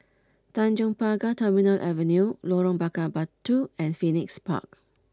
Tanjong Pagar Terminal Avenue Lorong Bakar Batu and Phoenix Park